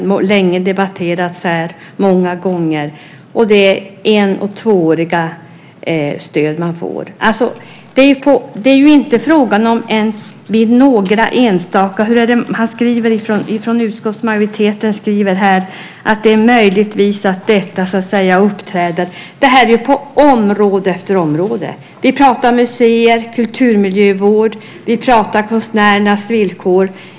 Den har debatterats många gånger under en längre tid. Det är en och tvååriga stöd. Utskottsmajoriteten skriver att detta uppträder möjligtvis. Det här är på område efter område. Vi pratar om museer och kulturmiljövård. Vi pratar om konstnärernas villkor.